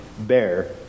bear